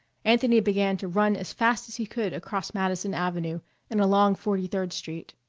anthony began to run as fast as he could across madison avenue and along forty-third street.